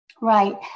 Right